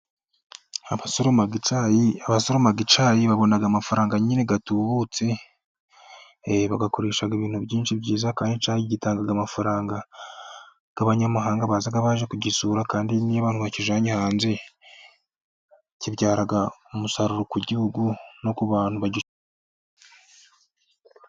Abasoroma icyayi babona amafaranga nyine atubutse, bayakoresha ibintu byinshi byiza, kandi icyayi gitanga amafaranga, abanyamahanga baza baje kugisura, kandi niyo abantu babijyanye hanze, kibyara umusaruro ku gihugu no ku bantu bagi...